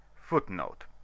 Footnote